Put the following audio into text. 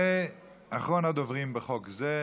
ואחרון הדוברים בחוק זה,